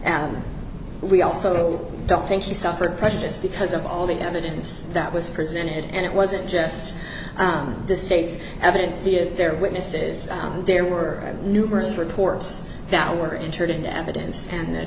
and we also don't think he suffered prejudice because of all the evidence that was presented and it wasn't just the state's evidence the there witnesses there were numerous reports that were entered into evidence and